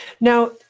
Now